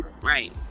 Right